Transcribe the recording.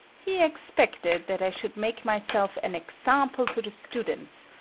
he expected that i should make myself an example to the students,